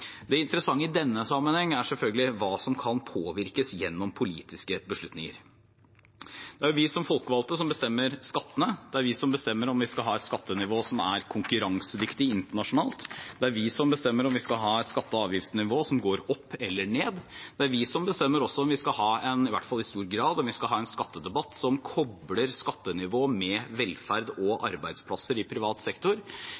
Det interessante i denne sammenheng er selvfølgelig hva som kan påvirkes gjennom politiske beslutninger. Det er vi folkevalgte som bestemmer skattene. Det er vi som bestemmer om vi skal ha et skattenivå som er konkurransedyktig internasjonalt, om vi skal ha et skatte- og avgiftsnivå som går opp eller ned, og det er vi som bestemmer – i hvert fall i stor grad – om vi skal ha en skattedebatt som kobler skattenivå med velferd og